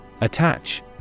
Attach